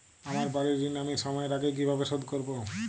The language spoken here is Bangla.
আমার বাড়ীর ঋণ আমি সময়ের আগেই কিভাবে শোধ করবো?